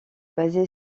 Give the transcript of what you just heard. basée